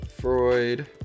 freud